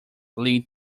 lead